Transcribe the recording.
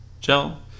gel